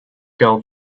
girl